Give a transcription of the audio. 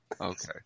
okay